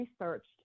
researched